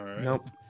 Nope